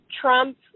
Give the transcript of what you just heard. Trump